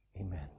amen